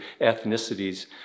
ethnicities